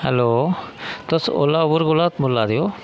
hello तुस ओला कोला बोल्ला देओ